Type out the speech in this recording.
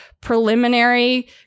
preliminary